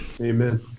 Amen